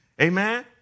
Amen